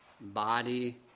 body